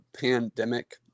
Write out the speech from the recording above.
pandemic